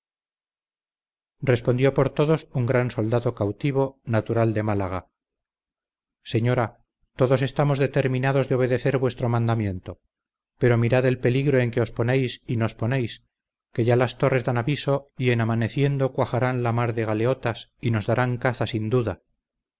respondió por todos un gran soldado cautivo natural de málaga señora todos estamos determinados de obedecer vuestro mandamiento pero mirad el peligro en que os ponéis y nos ponéis que ya las torres dan aviso y en amaneciendo cuajarán la mar de galeotas y nos darán caza sin duda